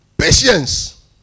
patience